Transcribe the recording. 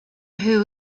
who